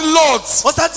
lords